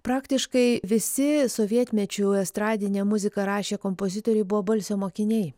praktiškai visi sovietmečiu estradinę muziką rašę kompozitoriai buvo balsio mokiniai